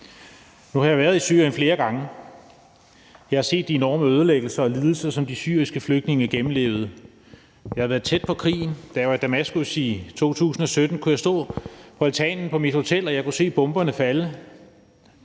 Nu har jeg været i Syrien flere gange. Jeg har set de enorme ødelæggelser og lidelser, som de syriske flygtninge gennemlevede. Jeg har været tæt på krigen. Da jeg var i Damaskus i 2017, kunne jeg stå på altanen på mit hotel, og jeg kunne se bomberne falde